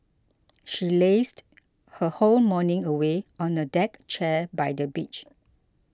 she lazed her whole morning away on a deck chair by the beach